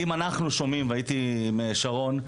כי אם אנחנו שומעים והייתי עם שרון.